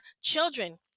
children